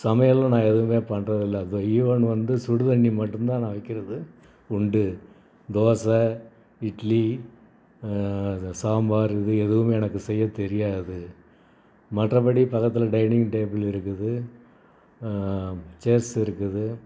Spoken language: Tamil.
சமையலும் நான் எதுவுமே பண்ணுறதில்ல த ஈவென் வந்து சுடுதண்ணி மட்டும் தான் நான் வைக்கிறது உண்டு தோசை இட்லி சாம்பார் இது எதுவுமே எனக்கு செய்யத் தெரியாது மற்றபடி பக்கத்தில் டைனிங் டேபுள் இருக்குது சேர்ஸ் இருக்குது